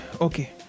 Okay